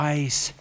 ice